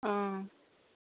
অঁ